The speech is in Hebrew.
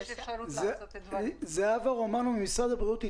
אתנו ב-זום זהבה רומנו ממשרד הבריאות.